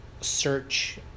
search